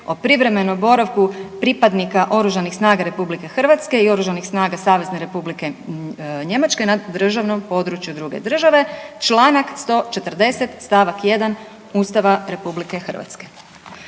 o privremenom boravku pripadnika Oružanih snaga RH i Oružanih snaga Savezne Republike Njemačke na državnom području druge države, Članak 140. stavak 1. Ustava RH.